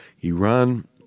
Iran